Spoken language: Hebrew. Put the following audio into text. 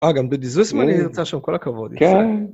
אה, גם בדיזוסם אני רוצה שם כל הכבוד, ישראל.